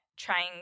trying